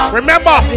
Remember